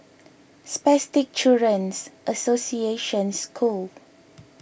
Spastic Children's Association School